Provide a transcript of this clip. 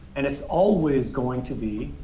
and it's always going to be